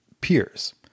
peers